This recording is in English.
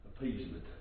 appeasement